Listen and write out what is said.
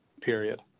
period